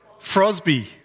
Frosby